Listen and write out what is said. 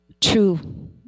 true